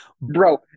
Bro